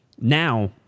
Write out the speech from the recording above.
Now